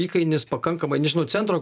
įkainis pakankamai nežinau centro